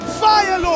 fire